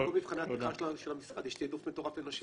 גם במבחני התמיכה של המשרד יש תעדוף מטורף לנשים.